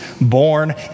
born